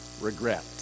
regret